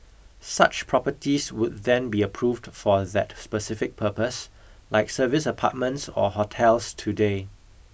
such properties would then be approved for that specific purpose like service apartments or hotels today